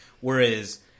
Whereas